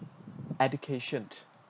education